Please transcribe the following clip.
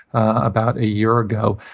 about a year ago,